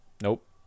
Nope